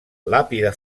làpida